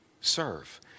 serve